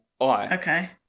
Okay